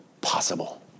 possible